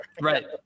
right